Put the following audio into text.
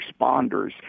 responders